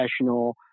professional